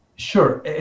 sure